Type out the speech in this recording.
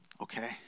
okay